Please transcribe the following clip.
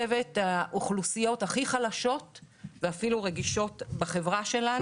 האוכלוסיות הכי חלשות ואפילו רגישות בחברה שלנו.